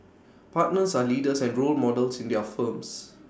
partners are leaders and role models in their firms